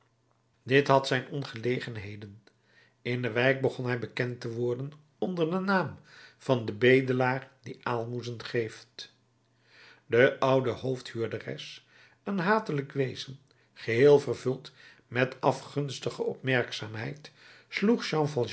dit had zijn ongelegenheden in de wijk begon hij bekend te worden onder den naam van de bedelaar die aalmoezen geeft de oude hoofd huurderes een hatelijk wezen geheel vervuld met afgunstige opmerkzaamheid sloeg